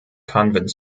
convent